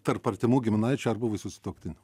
tarp artimų giminaičių ar buvusių sutuoktinių